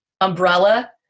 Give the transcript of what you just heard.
umbrella